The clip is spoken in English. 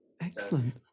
Excellent